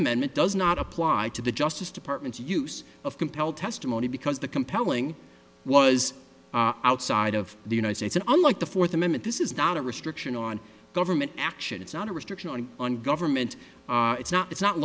amendment does not apply to the justice department's use of compel testimony because the compelling was outside of the united states and unlike the fourth amendment this is not a restriction on government action it's not a restriction on on government it's not it's not